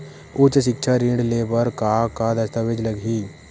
उच्च सिक्छा ऋण ले बर का का दस्तावेज लगही?